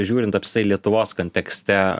žiūrint apskritai lietuvos kontekste